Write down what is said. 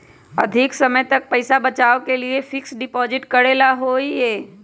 अधिक समय तक पईसा बचाव के लिए फिक्स डिपॉजिट करेला होयई?